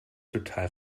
total